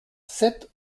sept